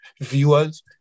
viewers